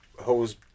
hose